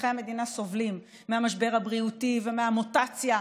אזרחי המדינה סובלים מהמשבר הבריאותי ומהמוטציה,